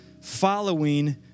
following